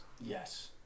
Yes